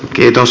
kiitos